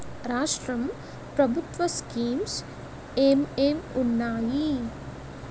రాష్ట్రం ప్రభుత్వ స్కీమ్స్ ఎం ఎం ఉన్నాయి?